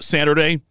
Saturday